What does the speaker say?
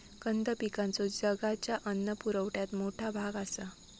कंद पिकांचो जगाच्या अन्न पुरवठ्यात मोठा भाग आसा